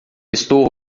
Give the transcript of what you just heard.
estou